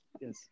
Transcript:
Yes